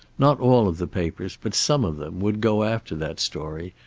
not all of the papers, but some of them, would go after that story,